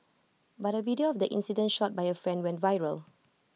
but A video of the incident shot by A friend went viral